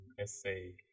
essay